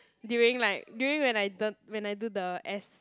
during like during when I d~ when I do the S